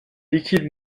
liquide